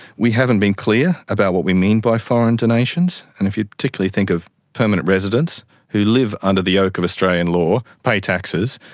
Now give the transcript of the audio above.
we haven't been clear about what we mean by foreign donations, and if you particularly think of permanent residents who live under the yoke of australian law, pay taxes,